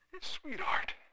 Sweetheart